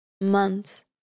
months